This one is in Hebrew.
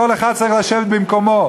כל אחד צריך לשבת במקומו,